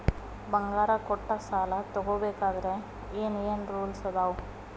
ಬಂಗಾರ ಕೊಟ್ಟ ಸಾಲ ತಗೋಬೇಕಾದ್ರೆ ಏನ್ ಏನ್ ರೂಲ್ಸ್ ಅದಾವು?